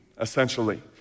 essentially